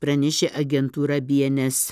pranešė agentūra bns